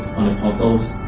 portals.